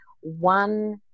one